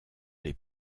les